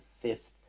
fifth